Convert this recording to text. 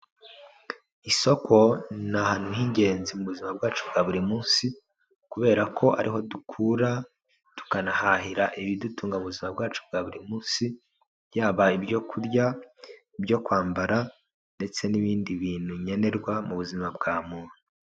Isoko ni ahantu h'ingenzi mu buzima bwacu bwa buri munsi, kubera ko ariho dukura, tukanahahira ibidutunga mu buzima bwacu bwa buri munsi, byaba ibyo kurya, ibyo kwambara ndetse n'ibindi bintu nkenerwa mu buzima bwa muntu.